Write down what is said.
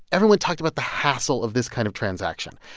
everyone talked about the hassle of this kind of transaction.